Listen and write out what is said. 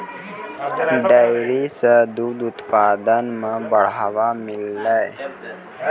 dairy सें दूध उत्पादन म बढ़ावा मिललय